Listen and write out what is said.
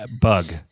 Bug